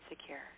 secure